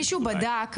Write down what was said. מישהו בדק,